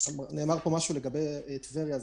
נאמר פה משהו לגבי הרכבת בטבריה,